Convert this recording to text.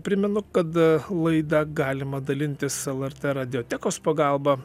primenu kad laida galima dalintis lrt radiotekos pagalba